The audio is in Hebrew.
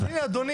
אז הנה אדוני,